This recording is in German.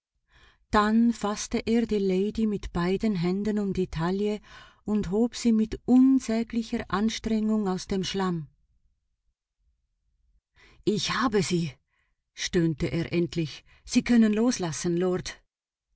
dann faßte er die lady mit beiden händen um die taille und hob sie mit unsäglicher anstrengung aus dem schlamm ich habe sie stöhnte er endlich sie können loslassen lord